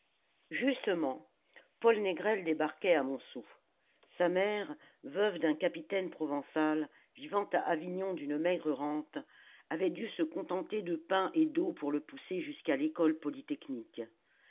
justement paul négrel débarquait à montsou sa mère veuve d'un capitaine provençal vivant à avignon d'une maigre rente avait dû se contenter de pain et d'eau pour le pousser jusqu'à l'école polytechnique